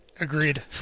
agreed